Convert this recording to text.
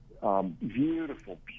Beautiful